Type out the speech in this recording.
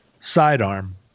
sidearm